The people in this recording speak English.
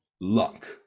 luck